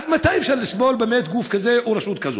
עד מתי אפשר לסבול באמת גוף כזה או רשות כזאת?